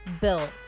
built